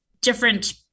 different